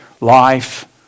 life